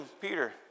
Peter